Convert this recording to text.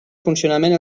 funcionament